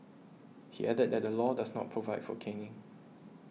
he added that the law does not provide for caning